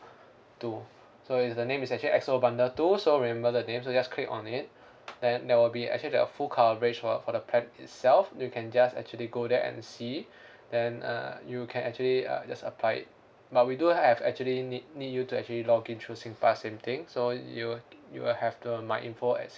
two so it's the name is actually X O bundle two so remember the name so just click on it then there will be actually the full coverage for for the plan itself you can just actually go there and see then uh you can actually uh just apply it but we do have actually need need you to actually login through singpass same thing so you will you will have the my info at